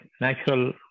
natural